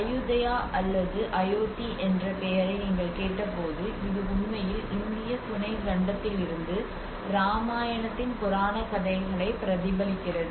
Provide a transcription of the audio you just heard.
Ayutthaya அல்லது அயோத்தி என்ற பெயரை நீங்கள் கேட்டபோது இது உண்மையில் இந்திய துணைக் கண்டத்திலிருந்து ராமாயணத்தின் புராணக் கதைகளை பிரதிபலிக்கிறது